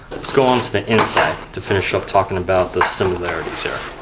let's go on to the inside to finish up talking about the similarities here.